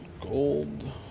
gold